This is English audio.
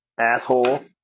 asshole